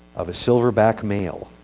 of a silverback male